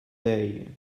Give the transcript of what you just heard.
day